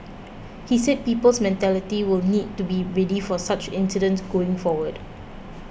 he said people's mentality will need to be ready for such incidents going forward